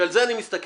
שעל זה אני מסתכל,